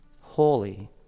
holy